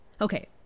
Okay